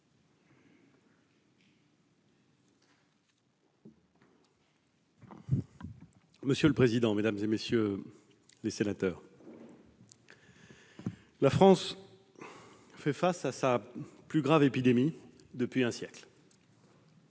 Monsieur le président, mesdames, messieurs les sénateurs, la France fait face à sa plus grave épidémie depuis un siècle.